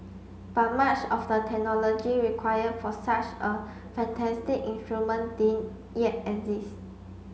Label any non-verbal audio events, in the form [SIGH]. but much of the technology require for such a fantastic instrument [UNINTELLIGIBLE] yet exist